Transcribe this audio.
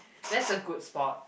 that's a good spot